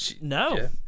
No